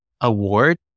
award